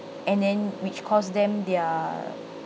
and then which cause them their